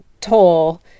toll